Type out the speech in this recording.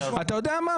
אתה יודע מה?